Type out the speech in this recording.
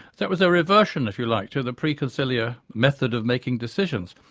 that was a reversion if you like to the preconciliar method of making decisions.